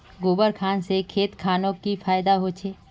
गोबर खान से खेत खानोक की फायदा होछै?